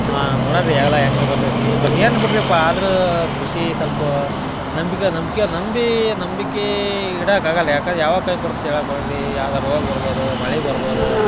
ಹಾಂ ನೋಡೋಣ ರೀ ಅವೆಲ್ಲ ಹೆಂಗೆ ಬರ್ತೈತಿ ಬಟ್ ಏನು ಬಿಡ್ರಿಯಪ್ಪ ಆದ್ರೆ ಕೃಷಿ ಸ್ವಲ್ಪ ನಂಬಿಕೆ ನಂಬಿಕೆ ನಂಬಿ ನಂಬಿಕೆ ಇಡೋಕೆ ಆಗೋಲ್ಲ ಯಾಕಂದ್ರೆ ಯಾವಾಗ ಕೈ ಕೊಡ್ತೈತಿ ಹೇಳೋಕೆ ಬರೋಲ್ಲ ರೀ ಯಾವ್ದು ರೋಗ ಬರ್ಬೋದ ಮಳೆ ಬರ್ಬೋದ